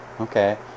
Okay